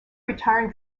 retiring